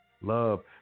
love